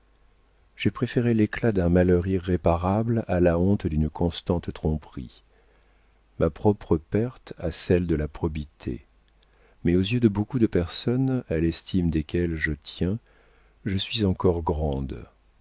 j'ai préféré l'éclat d'un malheur irréparable à la honte d'une constante tromperie ma propre perte à celle de la probité mais aux yeux de beaucoup de personnes à l'estime desquelles je tiens je suis encore grande